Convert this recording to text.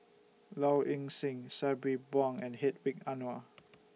Low Ing Sing Sabri Buang and Hedwig Anuar